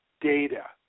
data